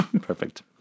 Perfect